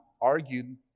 argued